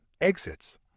exits